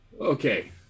Okay